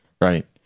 Right